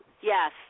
Yes